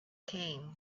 came